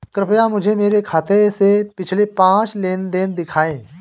कृपया मुझे मेरे खाते से पिछले पांच लेन देन दिखाएं